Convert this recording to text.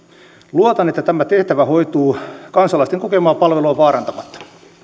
luotan että tämä tehtävä hoituu kansalaisten kokemaa palvelua vaarantamatta